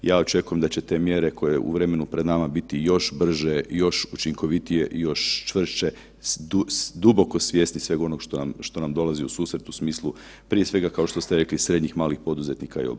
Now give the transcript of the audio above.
Ja očekujem da će te mjere koje je u vremenu pred nama biti još brže, još učinkovitije, još čvršće duboko svjesni sveg onog što nam dolazi u susret u smislu prije svega kao što ste rekli srednjih i malih poduzetnika i obrtnika.